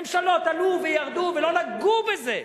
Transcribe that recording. ממשלות עלו וירדו, ולא נגעו בזה.